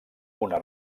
una